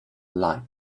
light